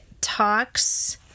talks